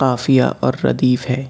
قافیہ اور ردیف ہے